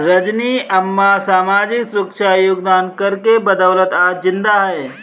रजनी अम्मा सामाजिक सुरक्षा योगदान कर के बदौलत आज जिंदा है